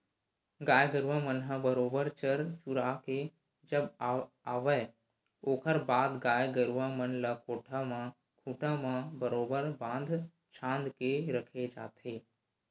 गाय गरुवा मन ह बरोबर चर चुरा के जब आवय ओखर बाद गाय गरुवा मन ल कोठा म खूंटा म बरोबर बांध छांद के रखे जाथे